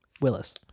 Willis